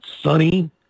sunny